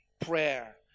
prayer